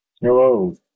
Hello